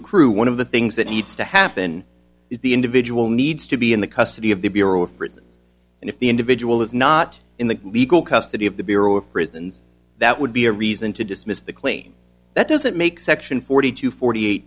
accrue one of the things that needs to happen is the individual needs to be in the custody of the bureau of prisons and if the individual is not in the legal custody of the bureau of prisons that would be a reason to dismiss the claim that doesn't make section forty to forty eight